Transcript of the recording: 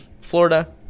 Florida